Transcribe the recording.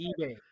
ebay